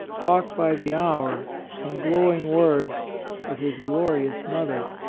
talk by the hour in glowing words of his glorious mother.